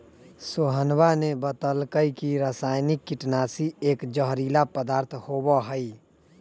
सोहनवा ने बतल कई की रसायनिक कीटनाशी एक जहरीला पदार्थ होबा हई